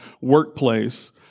workplace